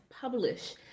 publish